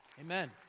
Amen